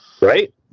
Right